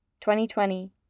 2020